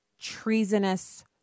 treasonous